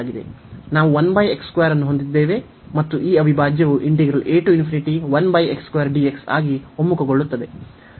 ನಾವು ಅನ್ನು ಹೊಂದಿದ್ದೇವೆ ಮತ್ತು ಈ ಅವಿಭಾಜ್ಯವು ಆಗಿ ಒಮ್ಮುಖಗೊಳ್ಳುತ್ತದೆ